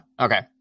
okay